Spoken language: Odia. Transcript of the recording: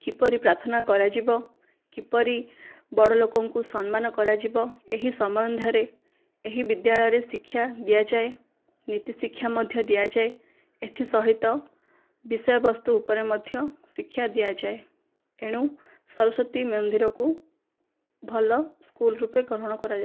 କିପରି ପ୍ରାର୍ଥନା କରାଯିବ କିପରି ବଡ଼ ଲୋକଙ୍କୁ ସମ୍ମାନ କରାଯିବ ଏହି ସମ୍ବନ୍ଧରେ ଏହି ବିଦ୍ୟାଳୟରେ ଶିକ୍ଷା ଦିଆଯାଏ ନୀତିଶିକ୍ଷା ମଧ୍ୟ ଦିଆଯାଏ ଏଥିସହିତ ବିଷୟବସ୍ତୁ ଉପରେ ମଧ୍ୟ ଶିକ୍ଷା ଦିଆଯାଏ ଏଣୁ ସରସ୍ଵତୀ ମନ୍ଦିରକୁ ଭଲ ସ୍କୁଲ ରୂପେ ଗ୍ରହଣ କରା